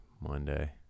Monday